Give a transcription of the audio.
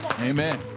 Amen